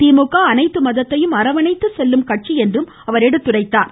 திமுக அனைத்து மதத்தையும் அரவணைத்து செல்லும் கட்சி என்றும் அவர் கூறினார்